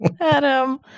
Adam